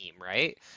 right